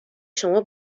شما